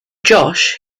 josh